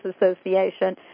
Association